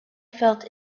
felt